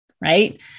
right